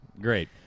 Great